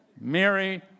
Mary